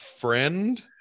friend